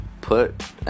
put